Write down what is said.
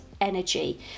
energy